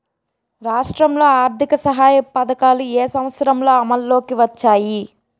రాష్ట్రంలో ఆర్థిక సహాయ పథకాలు ఏ సంవత్సరంలో అమల్లోకి వచ్చాయి?